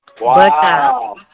Wow